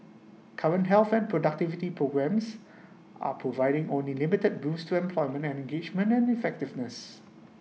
current health and productivity programmes are providing only limited boosts to employment engagement and effectiveness